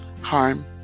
harm